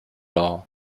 all